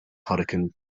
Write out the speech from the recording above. hurricane